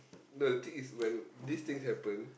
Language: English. no the thing is when these things happen